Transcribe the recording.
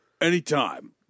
anytime